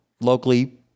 locally